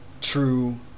true